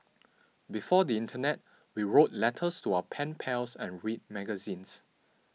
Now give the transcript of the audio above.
before the Internet we wrote letters to our pen pals and read magazines